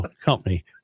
Company